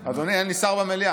אדוני, אין לי שר במליאה.